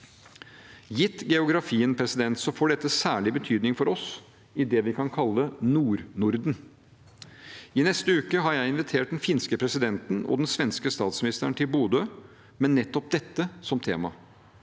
Gitt geografien får dette særlig betydning for oss i det vi kan kalle Nord-Norden. I neste uke har jeg invitert den finske presidenten og den svenske statsministeren til Bodø med nettopp dette som tema.